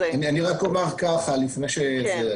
יכול להיות שאין לו כרגע בדפים שיש לו בכתב,